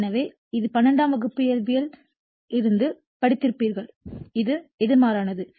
எனவே இது 12 வகுப்பு இயற்பியலில் இருந்து படித்திருப்பீர்கள் இது எதிர்மறையானது